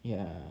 ya